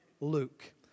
Luke